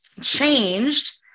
changed